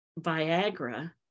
Viagra